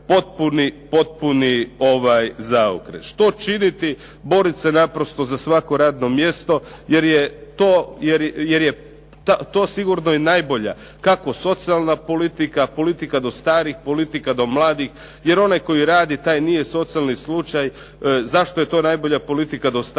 potpuni, potpuni zaokret. Što činiti? Boriti se naprosto za svako radno mjesto jer je to sigurno i najbolja kako socijalna politika, politika do starih, politika do mladih jer onaj koji radi taj nije socijalni slučaj. Zašto je to najbolja politika do starih?